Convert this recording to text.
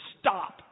stop